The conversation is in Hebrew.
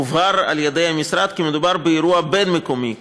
הובהר על-ידי המשרד כי מדובר באירוע בין-מקומי,